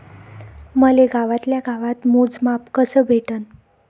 मले गावातल्या गावात मोजमाप कस भेटन?